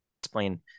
explain